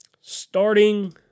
Starting